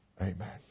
Amen